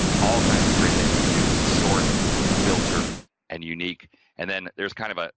all kinds of great things we can do with sort and filter and unique and then there's kind of a,